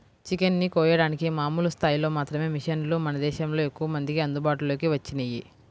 chicken ని కోయడానికి మామూలు స్థాయిలో మాత్రమే మిషన్లు మన దేశంలో ఎక్కువమందికి అందుబాటులోకి వచ్చినియ్యి